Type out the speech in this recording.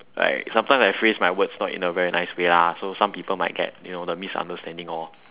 like sometime I phrase my words not in a very nice way lah so some people might get you know the misunderstanding lor